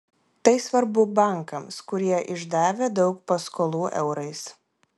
tai svarbu bankams kurie išdavę daug paskolų eurais